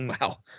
Wow